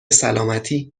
سلامتی